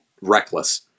reckless